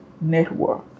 network